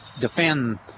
defend